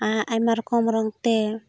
ᱟᱭᱢᱟ ᱨᱚᱠᱚᱢ ᱨᱚᱝ ᱛᱮ